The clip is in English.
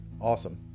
Awesome